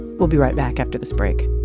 we'll be right back after this break